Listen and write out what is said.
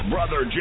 Brother